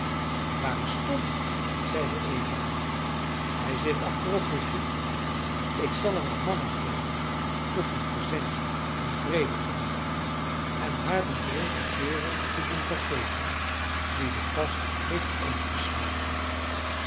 waar is tom zeide eva hij zit achterop poesje ik zal hem aan mama geven tot een presentje om vrede te maken en haar dien dronken kerel te doen vergeten die de kast heeft omgesmeten